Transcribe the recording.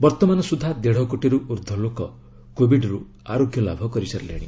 ବର୍ତ୍ତମାନ ସୁଦ୍ଧା ଦେଢ଼କୋଟିରୁ ଉର୍ଦ୍ଧ୍ୱ ଲୋକ କୋବିଡରୁ ଆରୋଗ୍ୟ ଲାଭ କରିସାରିଛନ୍ତି